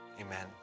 amen